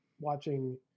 watching